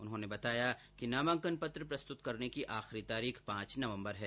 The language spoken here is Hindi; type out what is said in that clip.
उन्होंने बताया कि नामांकन प्रस्तुत करने की आखरी तारीख पांच नवम्बर है